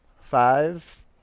Five